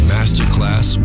Masterclass